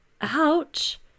ouch